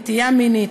נטייה מינית,